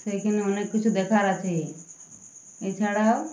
সেইখানে অনেক কিছু দেখার আছে এছাড়াও